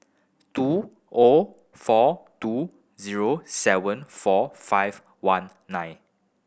two O four two zero seven four five one nine